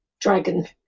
dragon